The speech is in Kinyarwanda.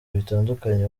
bitandukanye